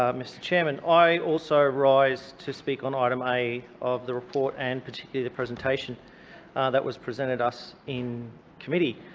ah mr chairman. i also rise to speak on item a of the report and particularly the presentation that was presented to us in committee.